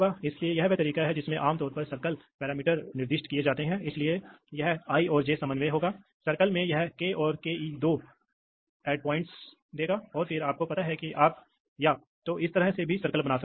तो अगर यह पूरी तरह से बंद हो जाता है तो दबाव क्या होता है दबाव पायलट दबाव होता है क्योंकि वहाँ क्योंकि कोई निकास नहीं है अगर यह पूरी तरह से खुला होता तो दबाव बंद हो जाता